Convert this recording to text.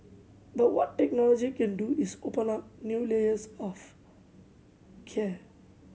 but what technology can do is open up new layers of care